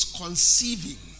conceiving